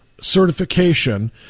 certification